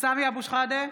סמי אבו שחאדה,